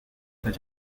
but